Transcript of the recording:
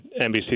NBC